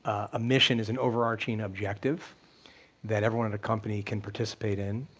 a mission is an over-arching objective that everyone at a company can participate in.